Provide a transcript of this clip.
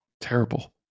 terrible